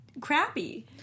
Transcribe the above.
crappy